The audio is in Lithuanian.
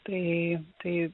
tai tai